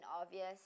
obvious